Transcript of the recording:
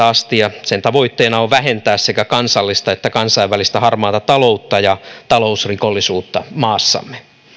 asti ja sen tavoitteena on vähentää sekä kansallista että kansainvälistä harmaata taloutta ja talousrikollisuutta maassamme